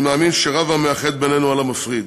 אני מאמין שרב המאחד בינינו על המפריד,